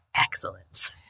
excellence